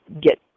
get